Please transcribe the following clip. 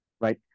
right